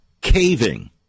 caving